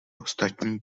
ostatní